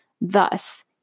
Thus